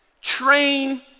train